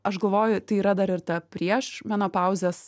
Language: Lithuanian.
aš galvoju tai yra dar ir ta priešmenopauzės